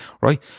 right